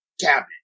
cabinet